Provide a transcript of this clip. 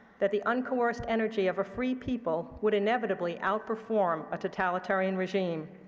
that the uncoerced energy of a free people would inevitably outperform a totalitarian regime.